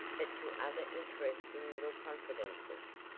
but to other interesting little confidences,